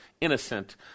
innocent